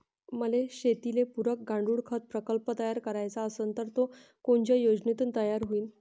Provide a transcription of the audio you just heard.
मले शेतीले पुरक गांडूळखत प्रकल्प तयार करायचा असन तर तो कोनच्या योजनेतून तयार होईन?